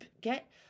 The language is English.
get